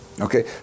Okay